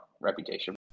reputation